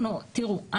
תראו,